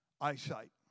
eyesight